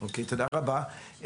תודה רבה.